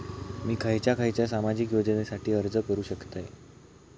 मी खयच्या खयच्या सामाजिक योजनेसाठी अर्ज करू शकतय?